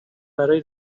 برای